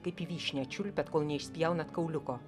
kaip vyšnią čiulpiat kol neišspjaunat kauliuko